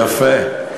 יפה.